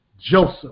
Joseph